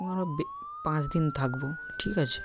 আমরা বে পাঁচ দিন থাকবো ঠিক আছে